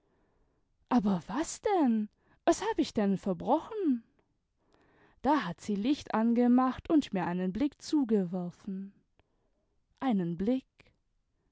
aber was denn was hab ich denn verbrochen da hat sie licht angemacht und mir einen blick zugeworfen einen blick